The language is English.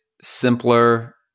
simpler